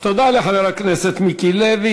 תודה לחבר הכנסת מיקי לוי.